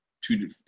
two